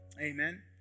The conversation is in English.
Amen